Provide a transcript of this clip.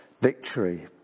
victory